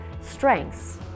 strengths